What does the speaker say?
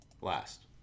last